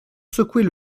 secouer